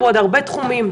בעוד הרבה תחומים.